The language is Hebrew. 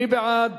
מי בעד